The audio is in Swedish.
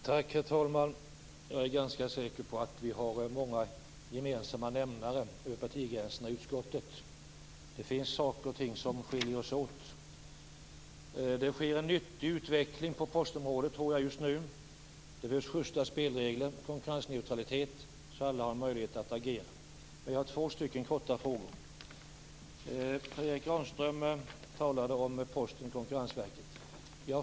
Herr talman! Jag är ganska säker på att vi har många gemensamma nämnare över partigränserna i utskottet. Men det finns saker och ting som skiljer oss åt. Det sker en nyttig utveckling på postområdet just nu. Det kräver schysta spelregler och konkurrensneutralitet så att alla har möjlighet att agera. Jag har två korta frågor. Per Erik Granström talade om Posten och Konkurrensverket.